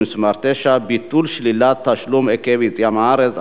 מס' 8) (ביטול שלילת תשלום עקב יציאה מהארץ),